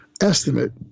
Estimate